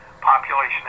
population